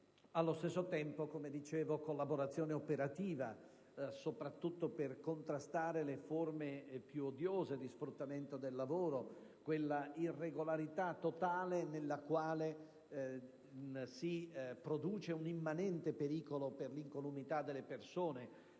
Nello stesso tempo, la collaborazione operativa è necessaria soprattutto per contrastare le forme più odiose di sfruttamento del lavoro, quella irregolarità totale nella quale si produce un immanente pericolo per l'incolumità delle persone,